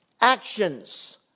actions